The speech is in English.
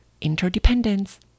Interdependence